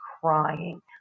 crying